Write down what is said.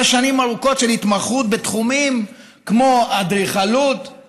שנים ארוכות של התמחות בתחומים כמו אדריכלות,